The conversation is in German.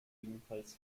ebenfalls